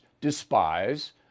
despise